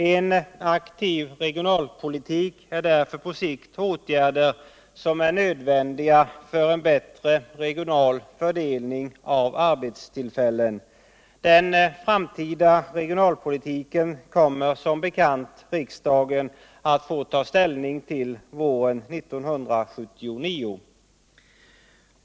En aktiv regionalpolitik är därför på sikt nödvändig för att vi skall få en bättre regional fördelning av arbetstillfällen. Den framtida regionalpolitiken kommer riksdagen som bekant att få ta ställning till våren 1979.